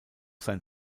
sein